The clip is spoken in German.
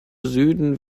süden